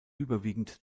überwiegend